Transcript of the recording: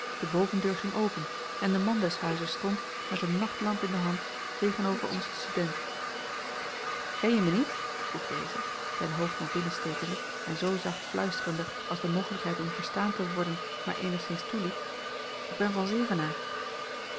de bovendeur ging open en de man des huizes stond met een nachtlamp in de hand tegen-over onzen student kenje mij niet vroeg deze zijn hoofd naar binnen stekende en zoo zacht fluisterende als de mogelijkheid om verstaan te worden maar eenigszins toeliet ik ben van